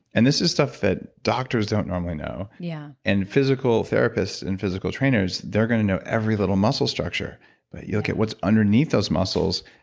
and this is stuff that doctors don't normally know yeah and physical therapists and physical trainers, they're going to know every little muscle structure you look at what's underneath those muscles,